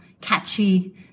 catchy